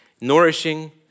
nourishing